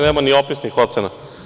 Nema ni opisnih ocena.